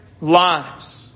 lives